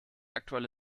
aktuelle